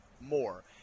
more